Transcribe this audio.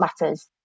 matters